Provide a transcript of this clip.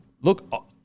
Look